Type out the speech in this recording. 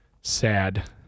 sad